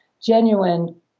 genuine